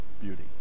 beauty